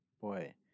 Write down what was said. Boy